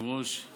כל כך זקוק לה.